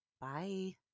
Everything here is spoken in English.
Bye